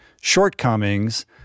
shortcomings